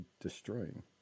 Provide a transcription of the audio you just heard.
destroying